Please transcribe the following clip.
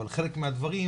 אבל חלק מהדברים,